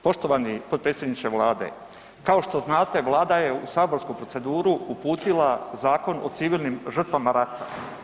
Poštovani potpredsjedniče Vlade, kao što znate, Vlada je u saborsku proceduru uputila Zakon o civilnim žrtvama rata.